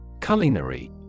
Culinary